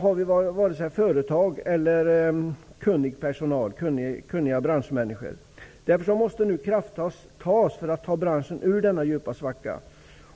har vi varken företag eller kunniga branschmänniskor. Därför måste nu krafttag för att branschen skall komma ur denna djupa svacka